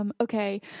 Okay